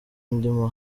ndimo